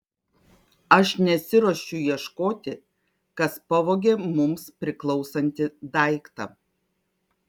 aš nesiruošiu ieškoti kas pavogė mums priklausantį daiktą